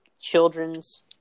children's